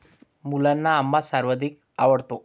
मुलांना आंबा सर्वाधिक आवडतो